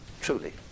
truly